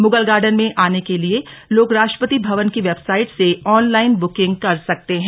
Mughal garden में आने के लिए लोग राष्ट्रपति भवन की वेबसाइट से ऑनलाइन बुकिंग कर सकते हैं